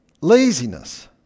laziness